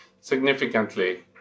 significantly